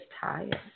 tired